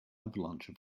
avalanche